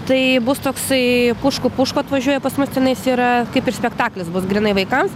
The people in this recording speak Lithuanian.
tai bus toksai pušku pušku atvažiuoja pas mus tenais yra kaip ir spektaklis bus grynai vaikams